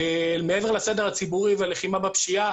מעבר לסדר הציבורי והלחימה בפשיעה